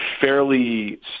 fairly